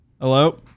Hello